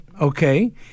okay